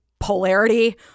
Polarity